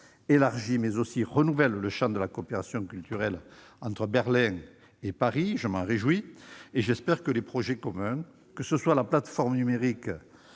élargit et renouvelle le champ de la coopération culturelle entre Berlin et Paris. J'en suis heureux et j'espère que les projets communs, que ce soient la plateforme numérique